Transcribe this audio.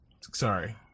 Sorry